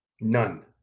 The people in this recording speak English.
None